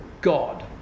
God